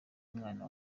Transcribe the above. mwana